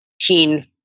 teen